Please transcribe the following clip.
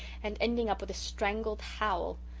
and ending up with a strangled howl.